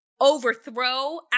overthrow